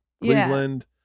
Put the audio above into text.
Cleveland